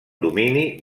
domini